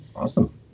Awesome